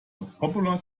popular